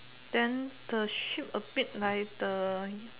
then the shoot a bit like the